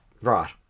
Right